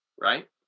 right